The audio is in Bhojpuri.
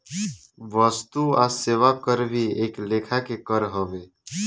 वस्तु आ सेवा कर भी एक लेखा के कर हवे